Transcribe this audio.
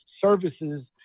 services